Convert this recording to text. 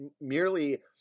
merely